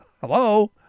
hello